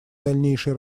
дальнейшей